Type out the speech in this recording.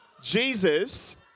Jesus